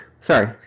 Sorry